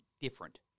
different